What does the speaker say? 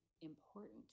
important